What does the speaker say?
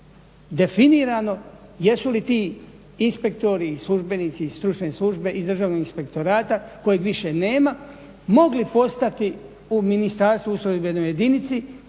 definirano jesu li ti inspektori, službenici iz stručne službe iz Državnog inspektorata kojeg više nema mogli postati u ministarstvu u ustrojbenoj jedinici